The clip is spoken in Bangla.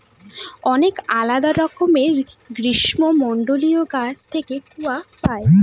অনেক আলাদা রকমের গ্রীষ্মমন্ডলীয় গাছ থেকে কূয়া পাই